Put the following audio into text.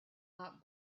not